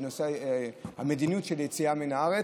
בנושא המדיניות של יציאה מן הארץ,